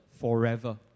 forever